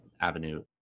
Avenue